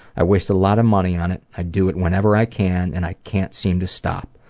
i waste a lot of money on it, i do it whenever i can, and i can't seem to stop.